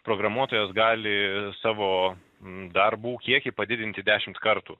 programuotojas gali savo darbų kiekį padidinti dešimt kartų